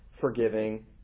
forgiving